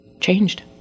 changed